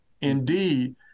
indeed